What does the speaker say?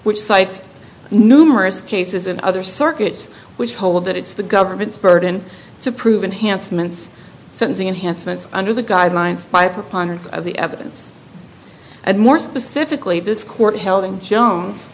which cites numerous cases in other circuits which hold that it's the government's burden to prove enhanced ments sentencing enhancements under the guidelines by preponderance of the evidence and more specifically this court held in jones